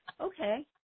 Okay